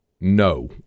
No